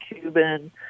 Cuban